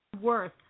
worth